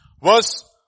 verse